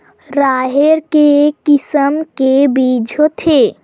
राहेर के किसम के बीज होथे?